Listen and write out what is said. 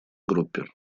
группе